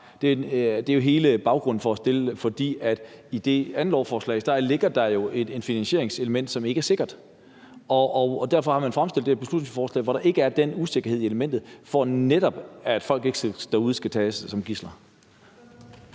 Det er jo hele baggrunden for at fremsætte det. I det andet lovforslag ligger der jo et finansieringselement, som ikke er sikkert, og derfor har man fremsat det her beslutningsforslag, der netop ikke har det usikkerhedselement, netop for at folk derude ikke skal tages som gidsler.